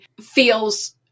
feels